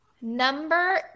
Number